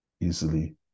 easily